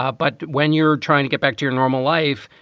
ah but when you're trying to get back to your normal life.